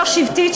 לא שבטית,